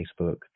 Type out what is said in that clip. Facebook